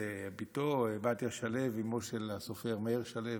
בתו, בתיה שלו, אימו של הסופר מאיר שלו,